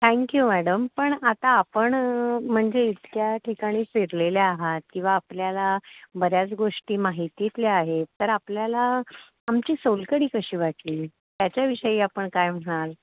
thank you madam पण आता आपण म्हणजे इतक्या ठिकाणी फिरलेल्या आहात किंवा आपल्याला बऱ्याच गोष्टी माहितीतल्या आहेत तर आपल्याला आमची सोलकढी कशी वाटली त्याच्याविषयी आपण काय म्हणाल